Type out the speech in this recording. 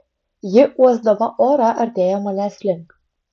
ji uosdama orą artėja manęs link